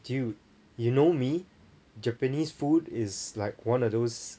dude you know me japanese food is like one of those